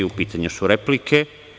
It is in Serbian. U pitanju su replike.